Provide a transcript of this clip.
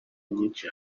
nyishi